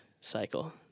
Cycle